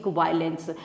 violence